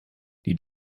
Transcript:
die